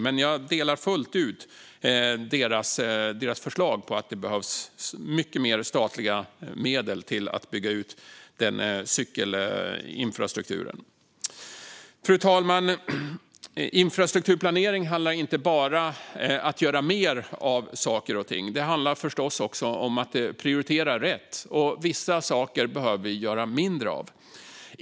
Men jag håller fullt ut med om deras förslag om att det behövs mycket mer statliga medel för att bygga ut cykelinfrastrukturen. Fru talman! Infrastrukturplanering handlar inte bara om att göra mer av saker och ting. Det handlar förstås också om att prioritera rätt. Och vissa saker behöver vi göra mindre av.